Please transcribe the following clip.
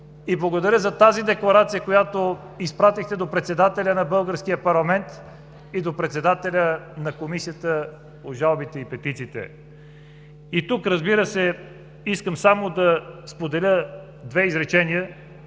Благодаря за тази декларация, която изпратихте до председателя на българския парламент и до председателя на Комисията по жалбите и петициите. И тук искам само две изречения